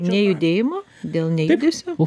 nejudėjimo dėl nejudesio